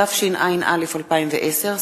התשע"א 2010,